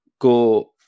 Go